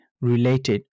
related